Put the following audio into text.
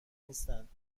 نیستند